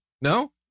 No